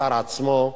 השר עצמו,